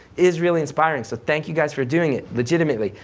is really inspiring. so thank you guys for doing it, legitimately.